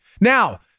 Now